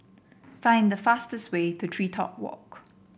find the fastest way to TreeTop Walk